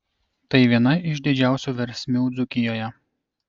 tai viena iš didžiausių versmių dzūkijoje